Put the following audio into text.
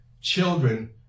Children